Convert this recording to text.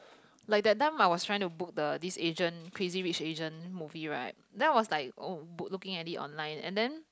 like that time I was trying to book the this Asians Crazy Rich Asians movie right then was like oh booked already online and then